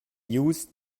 used